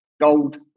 Gold